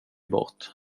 bort